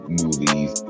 movies